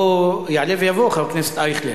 יעלה ויבוא חבר הכנסת ישראל אייכלר.